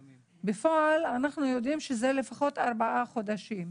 בפועל, אנחנו יודעים שזה לפחות ארבעה חודשים.